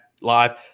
live